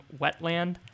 Wetland